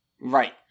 right